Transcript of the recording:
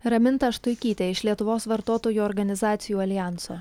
raminta štuikytė iš lietuvos vartotojų organizacijų aljanso